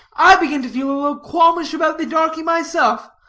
i begin to feel a little qualmish about the darkie myself.